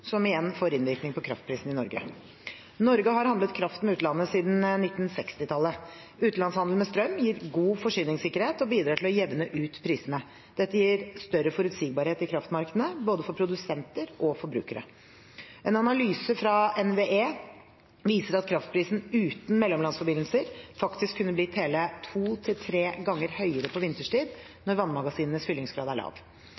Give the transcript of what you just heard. som igjen får innvirkning på kraftprisene i Norge. Norge har handlet kraft med utlandet siden 1960-tallet. Utenlandshandelen med strøm gir god forsyningssikkerhet og bidrar til å jevne ut prisene. Dette gir større forutsigbarhet i kraftmarkedene for både produsenter og forbrukere. En analyse fra NVE viser at kraftprisen uten mellomlandsforbindelser faktisk kunne blitt hele to til tre ganger høyere på